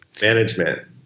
management